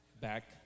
back